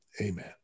amen